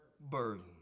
burden